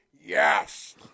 Yes